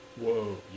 whoa